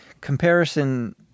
comparison